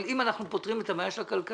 אבל אם אנחנו פותרים את הבעיה של הכלכלה,